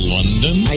London